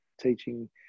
teaching